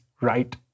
right